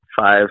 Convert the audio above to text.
five